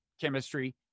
chemistry